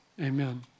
amen